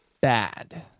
bad